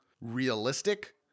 realistic